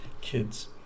Kids